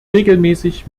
regelmäßig